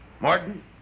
Martin